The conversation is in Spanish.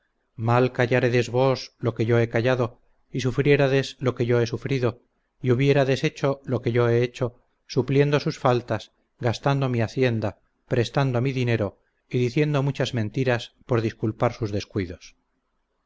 mal calláredes vos lo que yo he callado y sufriérades lo que yo he sufrido y hubiérades hecho lo que yo he hecho supliendo sus faltas gastando mi hacienda prestando mi dinero y diciendo muchas mentiras por disculpar sus descuidos